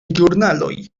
ĵurnaloj